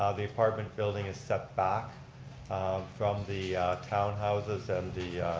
ah the apartment building is set back from the townhouses and the